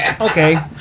Okay